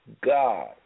God